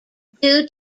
due